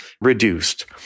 reduced